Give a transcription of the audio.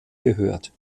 gehört